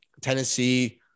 tennessee